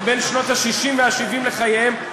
הם בשנות ה-60 וה-70 לחייהם,